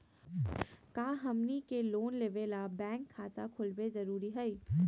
का हमनी के लोन लेबे ला बैंक खाता खोलबे जरुरी हई?